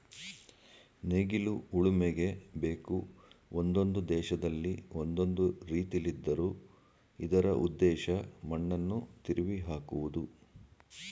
ನೇಗಿಲು ಉಳುಮೆಗೆ ಬೇಕು ಒಂದೊಂದು ದೇಶದಲ್ಲಿ ಒಂದೊಂದು ರೀತಿಲಿದ್ದರೂ ಇದರ ಉದ್ದೇಶ ಮಣ್ಣನ್ನು ತಿರುವಿಹಾಕುವುದು